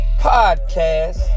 podcast